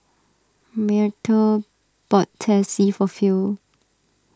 Myrtle bought Teh C for Phil